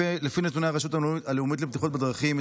לפי נתוני הרשות הלאומית לבטיחות בדרכים,